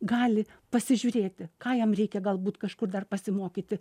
gali pasižiūrėti ką jam reikia galbūt kažkur dar pasimokyti